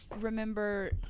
remember